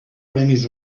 premis